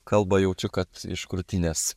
kalba jaučiu kad iš krūtinės